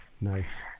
Nice